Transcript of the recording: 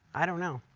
i don't know.